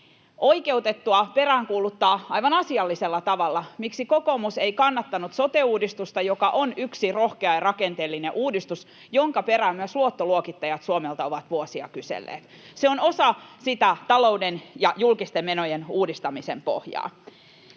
oikeutettua peräänkuuluttaa aivan asiallisella tavalla, miksi kokoomus ei kannattanut sote-uudistusta, joka on yksi rohkea ja rakenteellinen uudistus, jonka perään myös luottoluokittajat Suomelta ovat vuosia kyselleet. Se on osa sitä talouden ja julkisten menojen uudistamisen pohjaa.